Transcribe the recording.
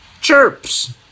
Chirps